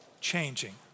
changing